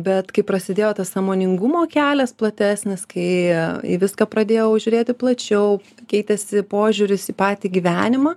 bet kai prasidėjo tas sąmoningumo kelias platesnis kai į viską pradėjau žiūrėti plačiau keitėsi požiūris į patį gyvenimą